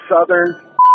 Southern